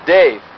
Dave